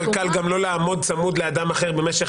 יותר קל גם לא לעמוד צמוד לאדם אחר במשך